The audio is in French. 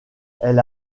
elle